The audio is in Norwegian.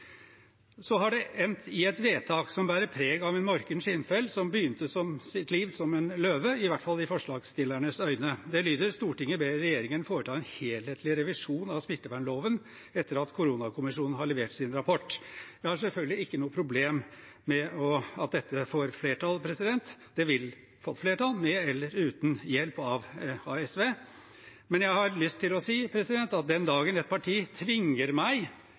har endt i et vedtak som bærer preg av en morken skinnfell som begynte sitt liv som løve – i hvert fall i forslagsstillernes øyne. Det lyder: «Stortinget ber regjeringen foreta en helhetlig revisjon av smittevernloven etter at koronakommisjonen har levert sin rapport.» Jeg har selvfølgelig ikke noe problem med at dette får flertall. Det vil få flertall med eller uten hjelp av SV. Men jeg har lyst til å si at den dagen et parti tvinger meg,